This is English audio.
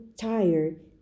tired